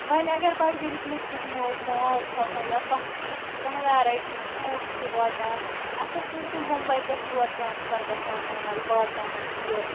ونۍ اَگر بڑگامِس منٛز کیٚنٛہہ نوٚو مال چھُ آسان یا کانٛہہ چیٖز چُھ کانٛہہ ویرایٹی سوٗٹس چھ واتان اَسہِ ہسا چھُ ممبے پٮ۪ٹھ یور ٹرانسفر گژھان مال واتان زِ